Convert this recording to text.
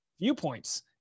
viewpoints